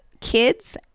kids